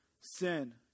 sin